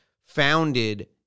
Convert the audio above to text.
founded